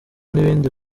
n’ibindi